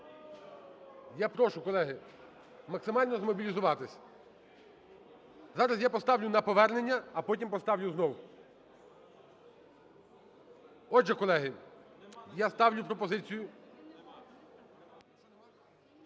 Я прошу, колеги, максимально змобілізуватись. Зараз я поставлю на повернення, а потім поставлю знову. Отже, колеги, я ставлю пропозицію…